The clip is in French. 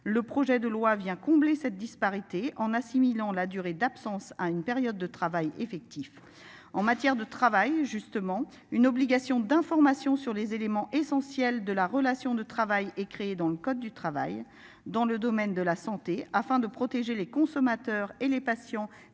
Le projet de loi vient combler cette disparité en assimilant la durée d'absence à une période de travail effectif en matière de travail justement une obligation d'information sur les éléments essentiels de la relation de travail et créer dans le code du travail. Dans le domaine de la santé afin de protéger les consommateurs et les patients, les exigences à